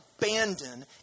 abandon